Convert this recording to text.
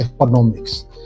economics